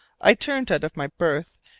i turned out of my berth,